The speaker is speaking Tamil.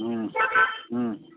ம் ம்